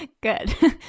Good